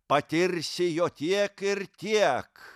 patirsi jo tiek ir tiek